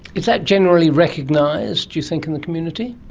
is that generally recognised, do you think, in the community?